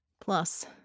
Plus